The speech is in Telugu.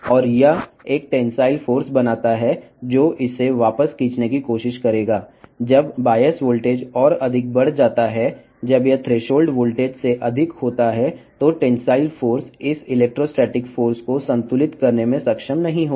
మరియు ఒక తన్యత శక్తిని సృష్టించి వెనుకకు లాగడానికి ప్రయత్నిస్తుంది బయాస్ వోల్టేజ్ మరింత పెరిగినప్పుడు అది థ్రెషోల్డ్ వోల్టేజ్ కంటే ఎక్కువగా ఉన్నప్పుడు తన్యత శక్తి ఈ ఎలెక్ట్రోస్టాటిక్ శక్తిని సమతుల్యం చేయలేకపోతుంది